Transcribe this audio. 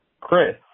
Chris